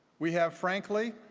we have, frankly,